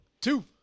Two